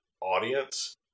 audience